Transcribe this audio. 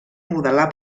modelar